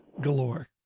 galore